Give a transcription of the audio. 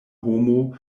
homo